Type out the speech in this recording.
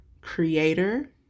creator